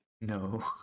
No